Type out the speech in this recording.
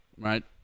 right